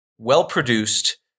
well-produced